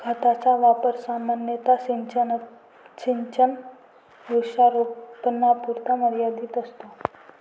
खताचा वापर सामान्यतः सिंचित वृक्षारोपणापुरता मर्यादित असतो